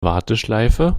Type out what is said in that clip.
warteschleife